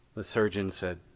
the surgeon said,